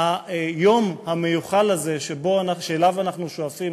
היום המיוחל הזה שאליו אנחנו שואפים,